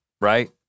right